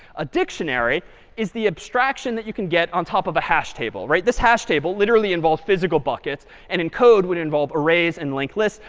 a dictionary is the abstraction that you can get on top of a hash table. this hash table literally involved physical buckets and in code would involve arrays and linked lists.